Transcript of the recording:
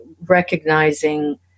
recognizing